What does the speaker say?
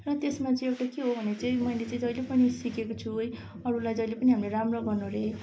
र त्यसमा चाहिँ एउटा के हो भने चाहिँ मैले चाहिँ जहिले पनि सिकेको छु है अरूलाई जहिले पनि हामीले राम्रो गर्नु अरे